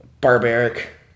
barbaric